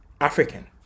African